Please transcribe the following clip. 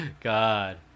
god